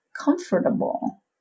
comfortable